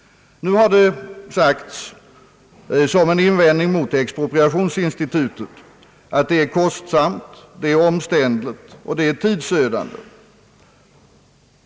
Nu har det anförts som en invändning mot expropriationsinstitutet att det är kostsamt, att det är omständligt och att det är tidsödande.